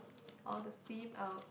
all the steam out